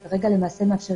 למעשה,